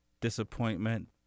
disappointment